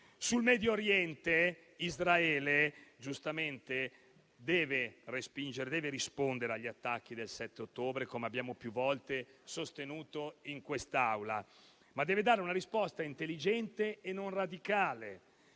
In Medio Oriente, Israele giustamente deve respingere e rispondere agli attacchi del 7 ottobre, come abbiamo più volte sostenuto in quest'Aula, ma deve dare una risposta intelligente e non radicale: